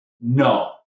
no